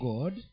God